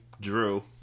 Drew